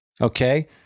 Okay